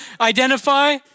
identify